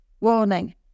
Warning